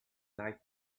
life